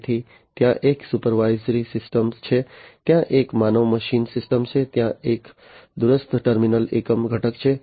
તેથી ત્યાં એક સુપરવાઇઝરી સિસ્ટમ છે ત્યાં એક માનવ મશીન સિસ્ટમ છે ત્યાં એક દૂરસ્થ ટર્મિનલ એકમ ઘટક છે